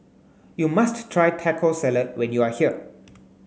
you must try Taco Salad when you are here